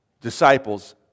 disciples